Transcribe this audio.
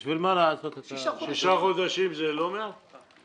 כמסוכם בין המשרדים ובין הקופות,